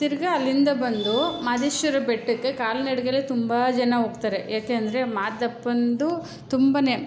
ತಿರುಗಾ ಅಲ್ಲಿಂದ ಬಂದು ಮಹದೇಶ್ವರ ಬೆಟ್ಟಕ್ಕೆ ಕಾಲ್ನಡಿಗೆಲೇ ತುಂಬ ಜನ ಹೋಗ್ತಾರೆ ಯಾಕೆಂದರೆ ಮಾದಪ್ಪನದು ತುಂಬನೇ